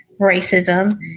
racism